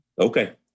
Okay